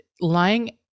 lying